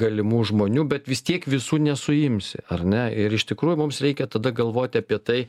galimų žmonių bet vis tiek visų nesuimsi ar ne ir iš tikrųjų mums reikia tada galvoti apie tai